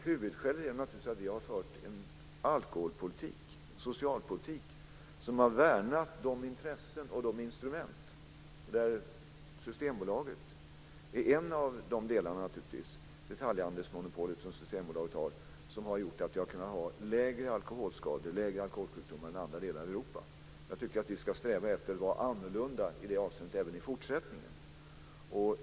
Huvudskälet är att vi har fört en alkoholpolitik och socialpolitik som har värnat de intressen och de instrument - där det detaljhandelsmonopol som Systembolaget har är ett av dessa instrument - som har gjort att vi har haft mindre alkoholskador och alkoholsjukdomar än man har haft i andra delar i Europa. Jag tycker att vi ska sträva efter att vara annorlunda i det avseendet även i fortsättningen.